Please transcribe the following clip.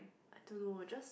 I don't know just